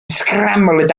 scrambled